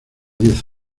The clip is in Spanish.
diez